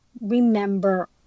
remember